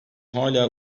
hala